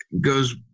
goes